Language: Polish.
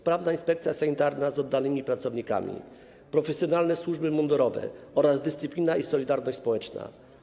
sprawna inspekcja sanitarna z oddanymi pracownikami, profesjonalne służby mundurowe oraz dyscyplina i solidarność społeczna.